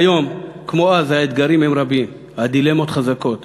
והיום, כמו אז, האתגרים רבים, הדילמות חזקות,